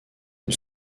une